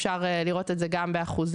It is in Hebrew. אפשר לראות את זה גם באחוזים.